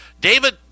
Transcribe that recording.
David